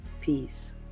Peace